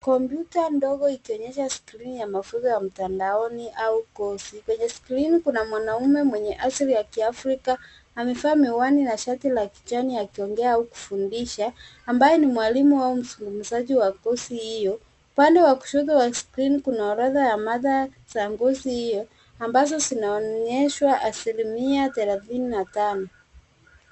Kompyuta ndogo ikionyesha skrini ya mafunzo ya mtandaoni au kosi .Kwenye screen kuna mwanaume mwenye asili ya kiafrika amevaa miwani na shati la kijani akiongea au kufundisha ambaye ni mwalimu au mzungumzaji wa kosi hiyo. Upande wa kushoto ya screen kuna orodha ya maada za kozi hiyo ambazo zinaonyeshwa asilimia thelathini na tano.